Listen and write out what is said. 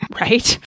Right